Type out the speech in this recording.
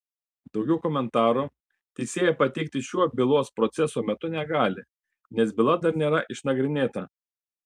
daugiau komentarų teisėja pateikti šiuo bylos proceso metu negali nes byla dar nėra išnagrinėta